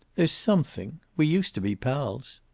there's something. we used to be pals.